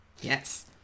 Yes